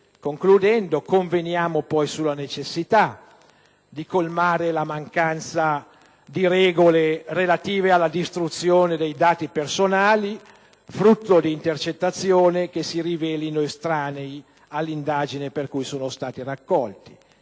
Concludendo, conveniamo poi sulla necessità di colmare la mancanza di regole relative alla distruzione dei dati personali se frutto di intercettazioni che si rivelino estranee all'indagine per cui sono stati raccolti.